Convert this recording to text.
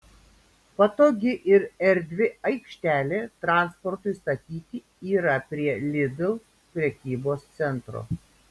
patogi ir erdvi aikštelė transportui statyti yra prie lidl prekybos centro